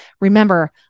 Remember